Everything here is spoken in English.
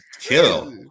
kill